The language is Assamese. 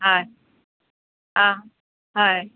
হয় অঁ হয়